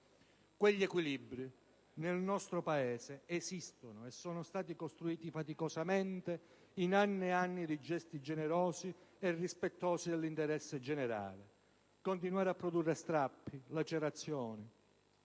Quegli equilibri, nel nostro Paese esistono, sono stati costruiti faticosamente in anni ed anni di gesti generosi e rispettosi dell'interesse generale. Continuare a produrre strappi, lacerazioni